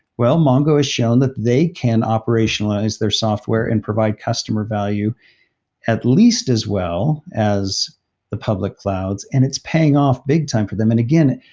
well, mongo has shown that they can operationalize their software and provide customer value at least as well as the public clouds, and it's paying off big time for them. and again,